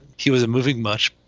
he was a moving much,